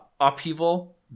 Upheaval